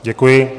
Děkuji.